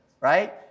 right